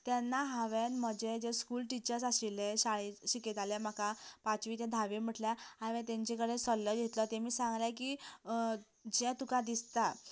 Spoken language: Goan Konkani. तेन्ना हांवें म्हजे जे स्कूल टिचर्स आशिल्ले शाळेंत शिकयताले म्हाका पांचवी ते धावी म्हणल्यार हावें तांचे कडेन सल्लो घेतलो तेमी सांगलें की जें तुका दिसता